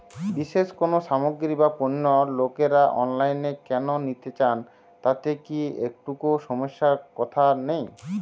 বিশেষ কোনো সামগ্রী বা পণ্য লোকেরা অনলাইনে কেন নিতে চান তাতে কি একটুও সমস্যার কথা নেই?